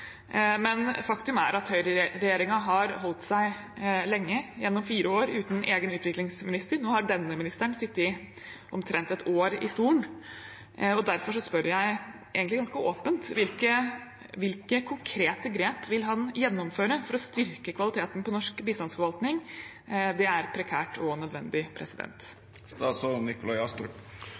men faktum er at høyreregjeringen har holdt seg lenge, i fire år, uten egen utviklingsminister. Nå har denne ministeren sittet omtrent et år i stolen, og derfor spør jeg egentlig ganske åpent: Hvilke konkrete grep vil han gjennomføre for å styrke kvaliteten på norsk bistandsforvaltning? Det er prekært og nødvendig.